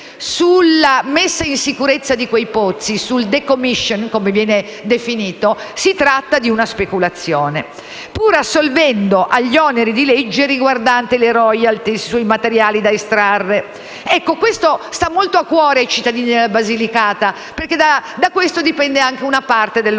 sulla messa in sicurezza di quei pozzi e sul *decommissioning*, come viene definito, significa speculazione, pur assolvendo agli oneri di legge riguardanti le *royalty* sui materiali da estrarre. Questo sta molto a cuore ai cittadini della Basilicata, perché da questo dipende anche una parte del loro